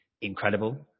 incredible